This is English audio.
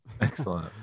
Excellent